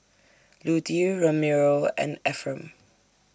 Lutie Ramiro and Efrem